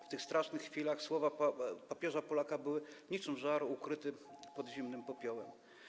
W tych strasznych chwilach słowa papieża Polaka były niczym żar ukryty pod zimnym popiołem.